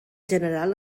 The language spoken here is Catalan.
general